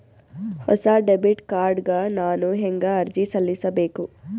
ಹೊಸ debit card ಗ ನಾನು ಹೆಂಗ ಅರ್ಜಿ ಸಲ್ಲಿಸಬೇಕು?